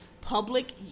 Public